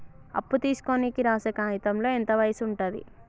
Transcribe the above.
అప్పు తీసుకోనికి రాసే కాయితంలో ఎంత వయసు ఉంటది?